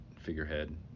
figurehead